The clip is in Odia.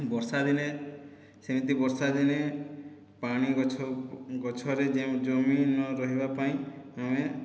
ବର୍ଷା ଦିନେ ସେମିତି ବର୍ଷା ଦିନେ ପାଣି ଗଛ ଗଛରେ ଜମି ନରହିବା ପାଇଁ ଆମେ